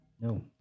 No